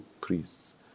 priests